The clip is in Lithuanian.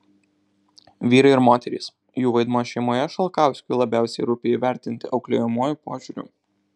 vyrai ir moterys jų vaidmuo šeimoje šalkauskiui labiausiai rūpi įvertinti auklėjamuoju požiūriu